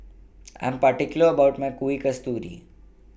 I Am particular about My Kuih Kasturi